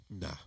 Nah